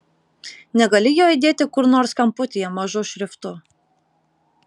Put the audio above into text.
negali jo įdėti kur nors kamputyje mažu šriftu